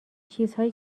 چیزهایی